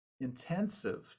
intensive